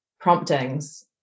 promptings